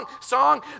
song